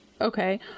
Okay